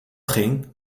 ging